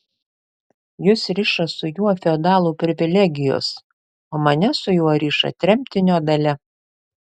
jus riša su juo feodalų privilegijos o mane su juo riša tremtinio dalia